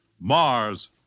Mars